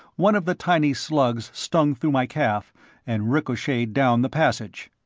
one of the tiny slugs stung through my calf and ricocheted down the passage.